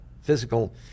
Physical